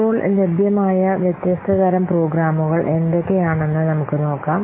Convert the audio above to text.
ഇപ്പോൾ ലഭ്യമായ വ്യത്യസ്ത തരം പ്രോഗ്രാമുകൾ എന്തൊക്കെയാണെന്ന് നമുക്ക് നോക്കാം